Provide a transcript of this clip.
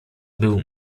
był